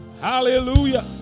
Hallelujah